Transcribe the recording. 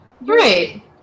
right